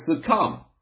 succumb